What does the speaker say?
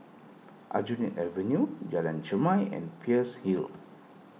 Aljunied Avenue Jalan Chermai and Peirce Hill